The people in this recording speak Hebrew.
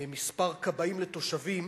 מספר כבאים לתושבים,